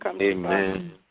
Amen